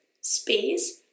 space